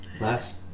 Last